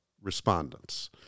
respondents